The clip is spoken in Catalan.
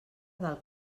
del